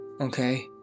Okay